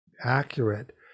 accurate